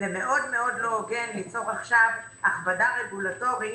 זה מאוד מאוד לא הוגן ליצור עכשיו הכבדה רגולטורית